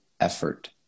effort